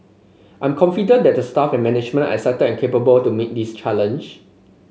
I'm confident that the staff and management are excited and capable to meet this challenge